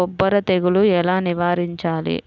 బొబ్బర తెగులు ఎలా నివారించాలి?